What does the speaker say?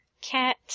Cat